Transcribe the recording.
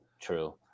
True